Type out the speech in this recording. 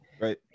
right